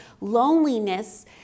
loneliness